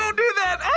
so do that